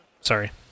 Sorry